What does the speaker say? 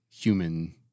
Human